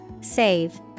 Save